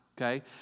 okay